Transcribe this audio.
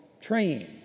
train